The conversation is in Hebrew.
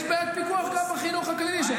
יש בעיית פיקוח גם בחינוך הכללי.